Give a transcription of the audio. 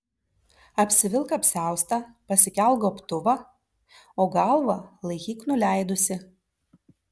apsivilk apsiaustą pasikelk gobtuvą o galvą laikyk nuleidusi